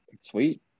Sweet